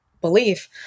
belief